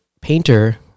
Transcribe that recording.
painter